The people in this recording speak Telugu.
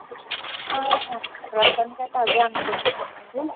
రోజు అంతా అదే అనుకుంటున్నాం అండి